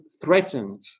threatened